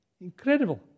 incredible